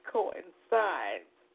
coincides